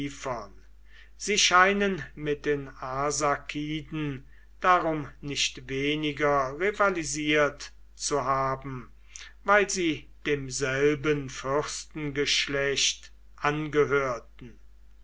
sie scheinen mit den arsakiden darum nicht weniger rivalisiert zu haben weil sie demselben fürstengeschlecht angehörten